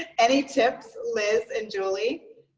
and any tips, liz and julye?